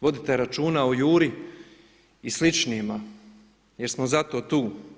Vodite računa o Juri i sličnima, jer smo zato tu.